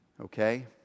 Okay